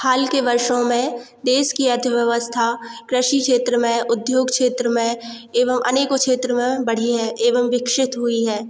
हाल के वर्षों में देश की अर्थव्यवस्था कृषि क्षेत्र में उद्योग क्षेत्र में एवं अनेकों क्षेत्र में बढ़ी है एवं विकसित हुई है